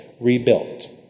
rebuilt